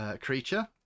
creature